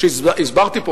שהסברתי פה,